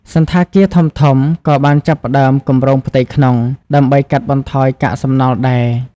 សណ្ឋាគារធំៗក៏បានចាប់ផ្តើមគម្រោងផ្ទៃក្នុង ដើម្បីកាត់បន្ថយកាកសំណល់ដែរ។